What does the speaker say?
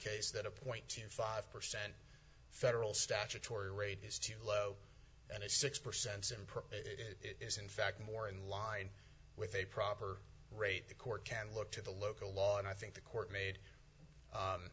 case that a point two five percent federal statutory rape is too low and a six percent is in fact more in line with a proper rate the court can look to the local law and i think the court made